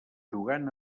jugant